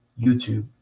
YouTube